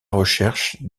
recherche